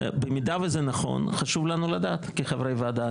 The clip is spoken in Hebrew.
במידה וזה נכון חשוב לנו לדעת כחברי ועדה.